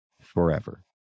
forever